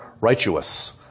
righteous